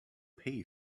pay